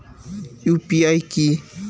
UPI কি?